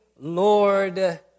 Lord